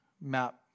map